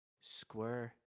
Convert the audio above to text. Square